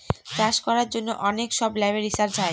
চাষ করার জন্য অনেক সব ল্যাবে রিসার্চ হয়